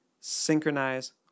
synchronize